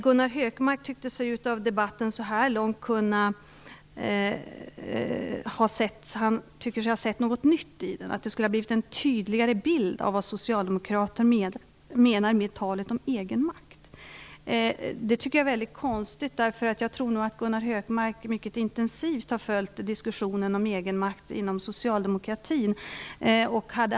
Gunnar Hökmark tyckte sig utifrån debatten så här långt ha sett något nytt här. Det skulle ha blivit en tydligare bild av vad Socialdemokraterna menar med sitt tal om egenmakt. Jag tycker att det är väldigt konstigt, eftersom Gunnar Hökmark säkerligen mycket intensivt har följt diskussionen om egenmakt inom socialdemokratin.